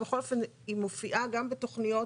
היא מופיעה גם בתכניות